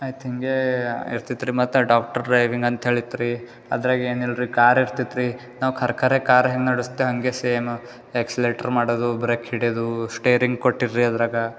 ಆಯ್ತು ಹಿಂಗೆ ಇರ್ತಿತ್ತು ರೀ ಮತ್ತು ಡಾಕ್ಟ್ರು ಡ್ರೈವಿಂಗ್ ಅಂಥೇಳಿ ಇತ್ತು ರೀ ಅದರಾಗೆ ಏನಿಲ್ರಿ ಕಾರ್ ಇರ್ತಿತ್ತು ರೀ ನಾವು ಖರೆಖರೆ ಕಾರ್ ಹೆಂಗ ನಡೆಸ್ತೇವೆ ಹಂಗೆ ಸೇಮ್ ಎಕ್ಸ್ಲೆಟ್ರ್ ಮಾಡೋದು ಬ್ರೇಕ್ ಹಿಡಿದು ಸ್ಟೇರಿಂಗ್ ಕೊಟ್ಟರೆ ರೀ ಅದರಾಗೆ